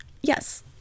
Yes